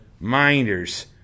Minders